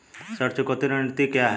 ऋण चुकौती रणनीति क्या है?